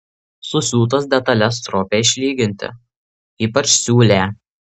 susiūtas detales stropiai išlyginti ypač siūlę